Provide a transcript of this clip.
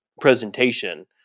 presentation